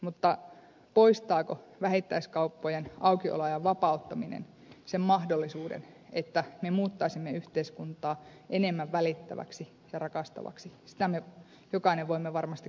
mutta poistaako vähittäiskauppojen aukioloajan vapauttaminen sen mahdollisuuden että me muuttaisimme yhteiskuntaa enemmän välittäväksi ja rakastavaksi sitä me jokainen voimme varmasti kohdaltamme miettiä